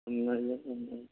ꯌꯥꯝ ꯅꯨꯡꯉꯥꯏꯍꯔꯦ ꯌꯥꯝ ꯅꯨꯡꯉꯥꯏꯖꯔꯦ